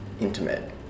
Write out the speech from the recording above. Intimate